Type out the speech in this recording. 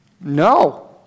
No